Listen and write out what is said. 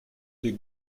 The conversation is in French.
des